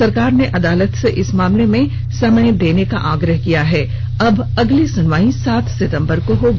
सरकार ने अदालत से इस मामले में समय देने का आग्रह किया है अब अगली सुनवाई सात सितंबर को होगी